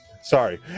Sorry